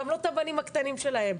גם לא את הבנים הקטנים שלהם.